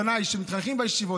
בניי שמתחנכים בישיבות,